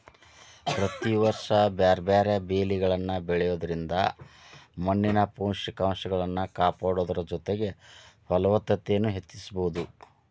ಪ್ರತಿ ವರ್ಷ ಬ್ಯಾರ್ಬ್ಯಾರೇ ಬೇಲಿಗಳನ್ನ ಬೆಳಿಯೋದ್ರಿಂದ ಮಣ್ಣಿನ ಪೋಷಕಂಶಗಳನ್ನ ಕಾಪಾಡೋದರ ಜೊತೆಗೆ ಫಲವತ್ತತೆನು ಹೆಚ್ಚಿಸಬೋದು